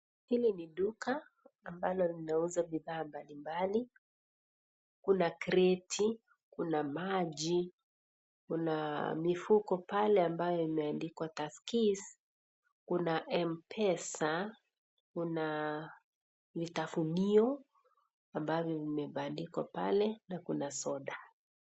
Hili ni duka ambalo linauza bidhaa mbali mbali, kuna kreti kuna maji kuna mifuko pale ambayo imeandikwa Tuskeys kuna M-pesa kuna vitafunio ambavyo vimebandikwa pale na kuna soda.